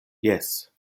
jes